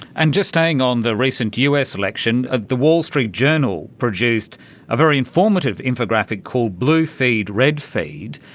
and just staying on the recent us election, ah the wall street journal produced a very informative infographic called blue feed, red feed.